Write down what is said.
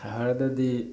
ꯁꯍꯔꯗꯗꯤ